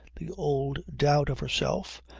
the old doubt of herself,